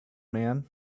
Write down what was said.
man